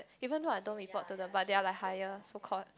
even though I don't report to them but they are like higher so called